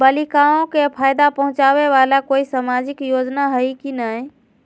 बालिकाओं के फ़ायदा पहुँचाबे वाला कोई सामाजिक योजना हइ की नय?